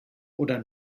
oder